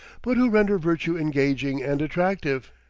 but who render virtue engaging and attractive.